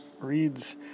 reads